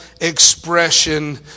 expression